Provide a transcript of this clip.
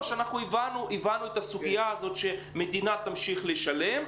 שאנחנו צריכים להעביר ממשרד הרווחה לחינוך.